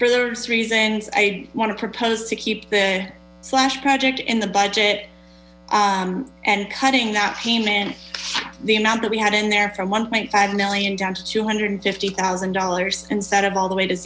for those reasons i want to propose to keep the slash project in the budget and cutting that payment the amount that we had in there from one point five million down to two hundred and fifty thousand dollars instead of all the way to